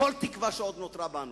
כל תקווה שעוד נותרה בנו.